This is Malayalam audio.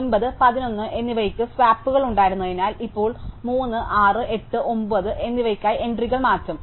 9 11 എന്നിവയ്ക്ക് സ്വാപ്പുകളുണ്ടായിരുന്നതിനാൽ ഇപ്പോൾ 3 6 8 9 എന്നിവയ്ക്കായി എൻട്രികൾ മാറ്റും